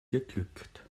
geglückt